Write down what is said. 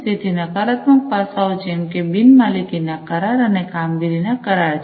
તેથી નકારાત્મક પાસાઓ જેમકે બિન માલિકીના કરાર અને કામગીરીના કરાર છે